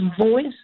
voice